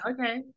Okay